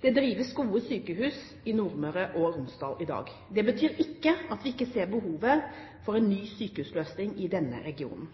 Det drives gode sykehus i Nordmøre og Romsdal i dag. Det betyr ikke at vi ikke ser behovet for en ny sykehusløsning i denne regionen.